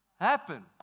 happen